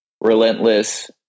relentless